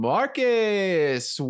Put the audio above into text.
Marcus